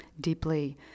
deeply